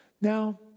Now